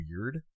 weird